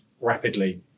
rapidly